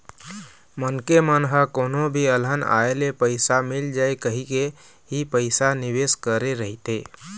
मनखे मन ह कोनो भी अलहन आए ले पइसा मिल जाए कहिके ही पइसा निवेस करे रहिथे